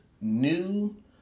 new